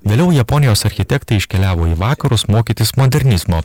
vėliau japonijos architektai iškeliavo į vakarus mokytis modernizmo